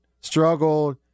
struggled